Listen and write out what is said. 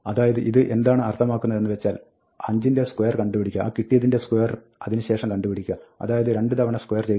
അതായത് ഇത് എന്താണ് അർത്ഥമാക്കുന്നത് എന്ന് വെച്ചാൽ 5 ൻറെ square കണ്ടുപിടിക്കുക ആ കിട്ടിയതിന്റെ square അതിന് ശേഷം കണ്ടുപിടിക്കുക അതായത് രണ്ട് തവണ square ചെയ്യുക